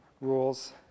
rules